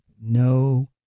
no